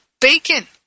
bacon